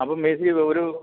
അപ്പം മേശിരി ഒരു